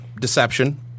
deception